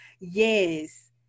Yes